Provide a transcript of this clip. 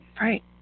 Right